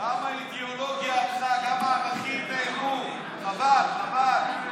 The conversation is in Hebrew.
גם האידיאולוגיה הלכה, גם הערכים נעלמו, חבל, חבל.